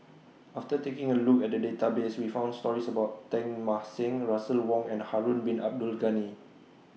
after taking A Look At The Database We found stories about Teng Mah Seng Russel Wong and Harun Bin Abdul Ghani